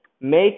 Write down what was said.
make